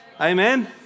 Amen